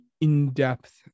in-depth